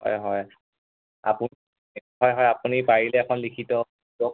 হয় হয় আপুনি হয় হয় আপুনি পাৰিলে এখন লিখিত দিয়ক